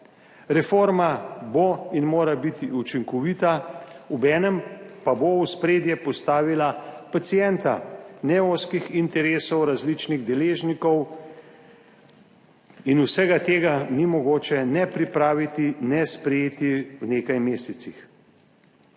Reforma bo in mora biti učinkovita, obenem pa bo v ospredje postavila pacienta in ne ozkih interesov različnih deležnikov. Vsega tega ni mogoče ne pripraviti ne sprejeti v nekaj mesecih.